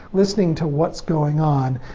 listening to what's going on.